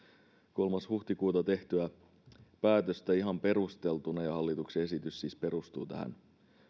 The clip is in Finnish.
kolmas huhtikuuta tehtyä päätöstä ihan perusteltuna ja hallituksen esitys siis perustuu tähän